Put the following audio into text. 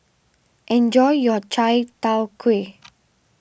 enjoy your Chai Tow Kway